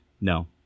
No